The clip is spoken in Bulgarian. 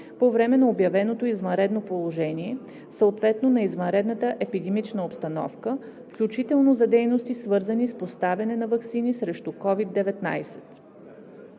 по време на обявеното извънредно положение, съответно на извънредната епидемична обстановка, включително за дейности, свързани с поставяне на ваксини срещу COVID-19.